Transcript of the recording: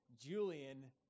Julian